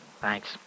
Thanks